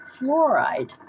fluoride